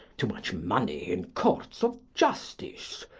too much money in courts of justice.